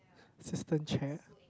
assistant chair